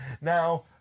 Now